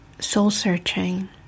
soul-searching